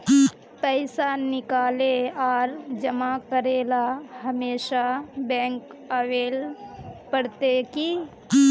पैसा निकाले आर जमा करेला हमेशा बैंक आबेल पड़ते की?